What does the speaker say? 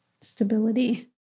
stability